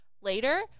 later